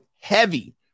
heavy